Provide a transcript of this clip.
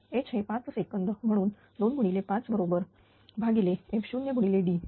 तर H हे 5 second म्हणून 25 बरोबर भागिले f0D